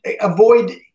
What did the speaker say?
avoid